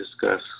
discuss